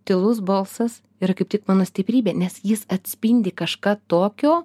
tylus balsas ir kaip tik mano stiprybė nes jis atspindi kažką tokio